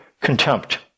contempt